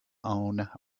own